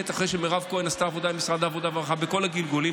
אחרי שמירב כהן עשתה עבודה עם משרד העבודה והרווחה בכל הגלגולים,